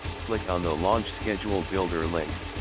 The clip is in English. click on the launch schedule builder link.